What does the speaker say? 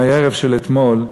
מהערב של אתמול,